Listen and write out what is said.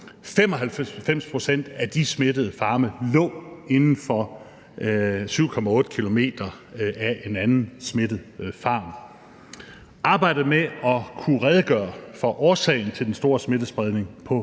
95 pct. af de farme lå inden for 7,8 km fra en anden farm med smittede mink. Arbejdet med at kunne redegøre for årsagen til den store smittespredning på